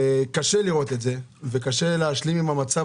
קשה לראות את זה וקשה להשלים עם המצב,